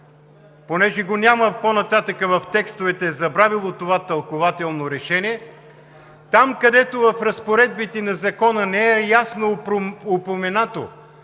като го няма по-нататък в текстовете – забравено е, това тълкувателно решение, там, където в разпоредбите на Закона не е ясно упоменато,